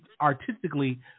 artistically